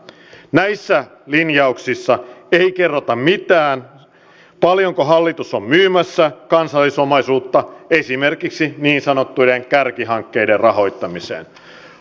näissä linjauksissa ei kerrota mitään paljonko hallitus on myymässä kansallisomaisuutta esimerkiksi niin sanottujen kärkihankkeiden rahoittamiseen